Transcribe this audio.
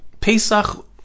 Pesach